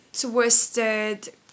twisted